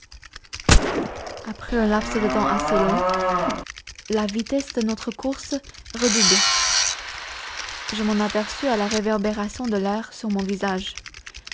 après un laps de temps assez long la vitesse de notre course redoubla je m'en aperçus à la réverbération de l'air sur mon visage